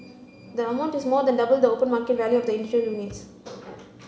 the amount is more than double the open market value of the individual units